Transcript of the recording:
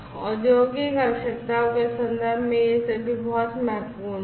औद्योगिक आवश्यकताओं के संदर्भ में ये सभी बहुत महत्वपूर्ण हैं